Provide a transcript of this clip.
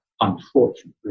unfortunately